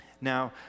Now